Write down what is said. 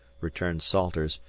returned salters,